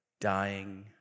dying